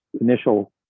initial